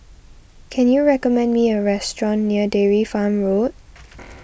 can you recommend me a restaurant near Dairy Farm Road